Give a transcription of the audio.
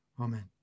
Amen